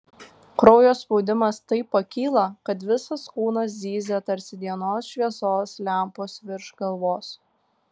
kraujo spaudimas taip pakyla kad visas kūnas zyzia tarsi dienos šviesos lempos virš galvos